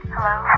Hello